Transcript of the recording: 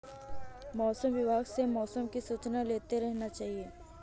मौसम विभाग से मौसम की सूचना लेते रहना चाहिये?